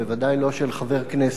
בוודאי לא של חבר כנסת.